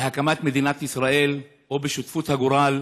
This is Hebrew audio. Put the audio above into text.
בהקמת מדינת ישראל או את שותפות הגורל